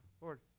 Lord